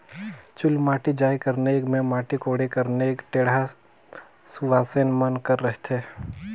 चुलमाटी जाए कर नेग मे माटी कोड़े कर नेग ढेढ़ा सुवासेन मन कर रहथे